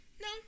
No